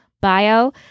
bio